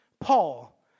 Paul